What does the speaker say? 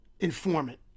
informant